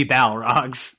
Balrogs